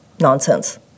nonsense